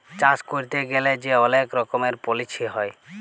চাষ ক্যইরতে গ্যালে যে অলেক রকমের পলিছি হ্যয়